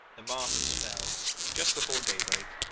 the masts fell just before daybreak,